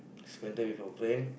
spend time with your friend